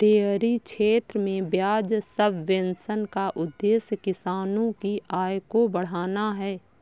dairy क्षेत्र में ब्याज सब्वेंशन का उद्देश्य किसानों की आय को बढ़ाना है